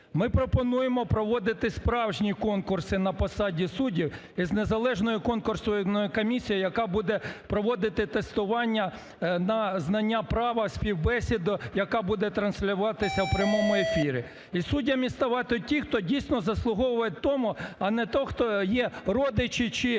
Ми пропонуємо проводити справжні конкурси на посаді суддів із незалежної конкурсної комісії, яка буде проводити тестування на знання права, співбесіду, яка буде транслюватися в прямому ефірі. І суддями ставати ті, хто дійсно заслуговує тому, а не той, хто є родичі чи